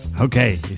okay